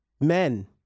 men